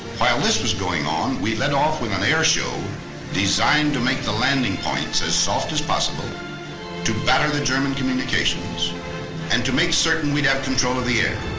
while this was going on, we led off with an air show designed to make the landing points as soft as possible to batter the german communications and to make certain we'd have control of the air.